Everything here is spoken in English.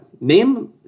name